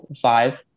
five